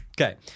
Okay